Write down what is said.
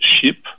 ship